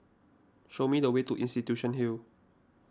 show me the way to Institution Hill